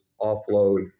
offload